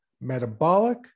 metabolic